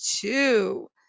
two